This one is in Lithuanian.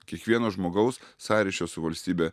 kiekvieno žmogaus sąryšio su valstybe